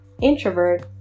introvert